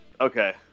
Okay